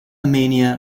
mania